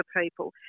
people